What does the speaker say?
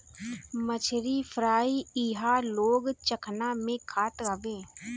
मछरी फ्राई इहां लोग चखना में खात हवे